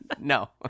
No